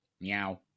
Meow